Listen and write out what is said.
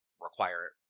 require